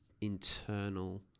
internal